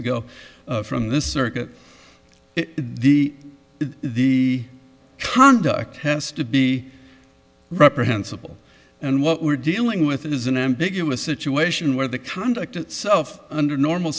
ago from this circuit the the conduct has to be reprehensible and what we're dealing with is an ambiguous situation where the conduct itself under normal